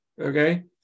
okay